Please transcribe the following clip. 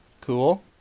cool